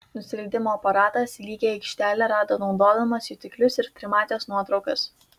nusileidimo aparatas lygią aikštelę rado naudodamas jutiklius ir trimates nuotraukas